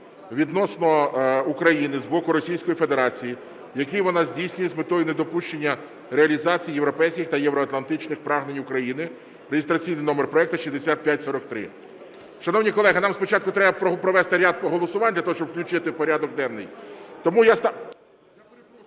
відносно України з боку Російської Федерації, який вона здійснює з метою недопущення реалізації європейських та євроатлантичних прагнень України (реєстраційний номер проекту 6543). Шановні колеги, нам спочатку треба провести ряд голосувань для того, щоб включити в порядок денний. Я